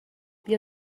بیا